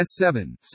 S7